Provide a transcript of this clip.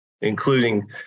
including